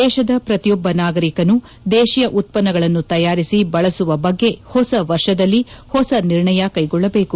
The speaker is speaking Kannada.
ದೇಶದ ಪ್ರತಿಯೊಬ್ಬ ನಾಗರಿಕನು ದೇಶೀಯ ಉತ್ವನ್ನಗಳನ್ನು ತಯಾರಿಸಿ ಬಳಸುವ ಬಗ್ಗೆ ಹೊಸ ವರ್ಷದಲ್ಲಿ ಹೊಸ ನಿರ್ಣಯ ಕೈಗೊಳ್ಳಬೇಕು